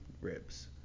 ribs